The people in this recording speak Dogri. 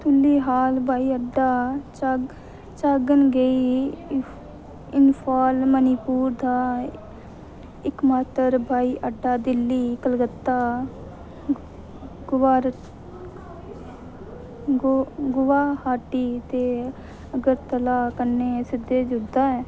तुलिहाल ब्हाई अड्डा चागनगेई इन इंफाल मणिपुर दा इकमात्तर ब्हाई अड्डा दिल्ली कलकत्ता गुवार गौ गुवाहाटी ते अगरतला कन्नै सिद्धे जुड़दा ऐ